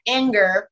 anger